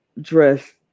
dress